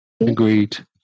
Agreed